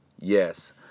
Yes